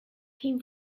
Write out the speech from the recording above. came